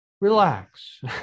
relax